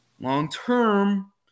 long-term